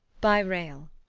by rail.